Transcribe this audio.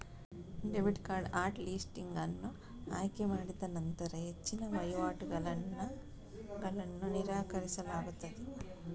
debit card hot listing ಅನ್ನು ಆಯ್ಕೆ ಮಾಡಿನಂತರ ಹೆಚ್ಚಿನ ವಹಿವಾಟುಗಳನ್ನು ನಿರಾಕರಿಸಲಾಗುತ್ತದೆ